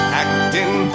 acting